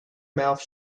mouth